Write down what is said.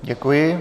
Děkuji.